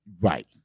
Right